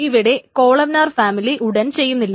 ഇവിടെ columnar family ഉടൻ ചെയ്യുന്നില്ല